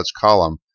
column